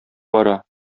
бара